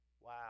Wow